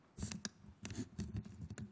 בבקשה.